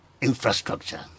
infrastructure